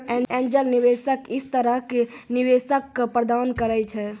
angel निवेशक इस तरह के निवेशक क प्रदान करैय छै